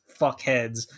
fuckheads